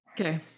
Okay